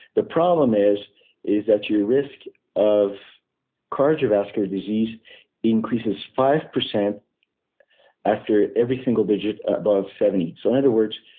the problem is is that your risk of cardiovascular disease increases five percent after every single digit above seventy. so in other words,